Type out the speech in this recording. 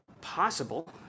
possible